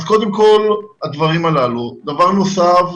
דבר נוסף,